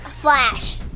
Flash